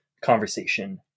conversation